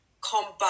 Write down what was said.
combine